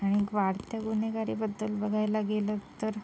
आणि वाढत्या गुन्हेगारीबद्दल बघायला गेलं तर